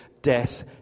death